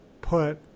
put